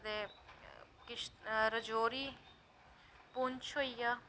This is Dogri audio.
अदे राजौरी पुंछ होई गेआ